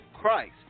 Christ